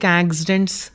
accidents